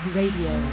Radio